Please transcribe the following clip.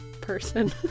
person